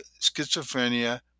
schizophrenia